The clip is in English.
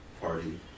Party